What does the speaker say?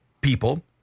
people